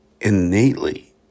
innately